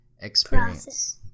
experience